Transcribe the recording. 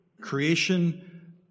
creation